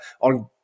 on